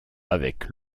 avec